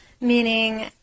meaning